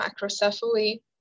macrocephaly